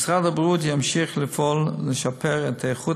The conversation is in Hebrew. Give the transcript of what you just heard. משרד הבריאות ימשיך לפעול לשיפור איכות